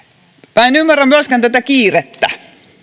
minä en ymmärrä myöskään tätä kiirettä